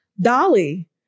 Dolly